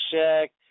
check